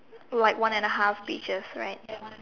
like one and a half peaches right